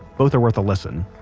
both are worth a listen